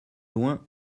loin